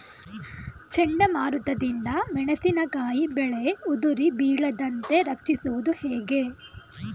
ಚಂಡಮಾರುತ ದಿಂದ ಮೆಣಸಿನಕಾಯಿ ಬೆಳೆ ಉದುರಿ ಬೀಳದಂತೆ ರಕ್ಷಿಸುವುದು ಹೇಗೆ?